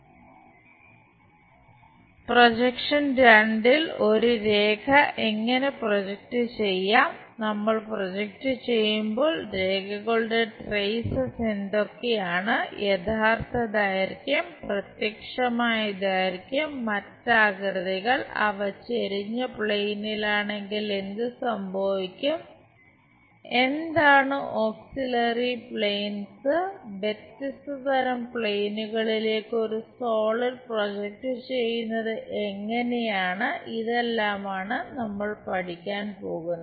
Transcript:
88 projection II ൽ ഒരു രേഖ എങ്ങനെ പ്രൊജക്റ്റ് ചെയ്യുന്നത് എങ്ങനെയാണ് ഇതെല്ലാമാണ് നമ്മൾ പഠിക്കാൻ പോകുന്നത്